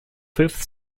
fifth